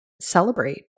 celebrate